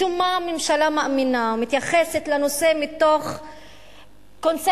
משום מה הממשלה מאמינה ומתייחסת לנושא מתוך קונספציה.